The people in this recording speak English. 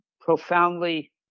profoundly